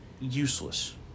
useless